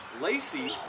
Lacey